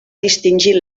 distingir